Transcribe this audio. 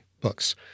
books